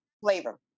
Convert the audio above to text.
flavor